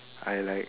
I like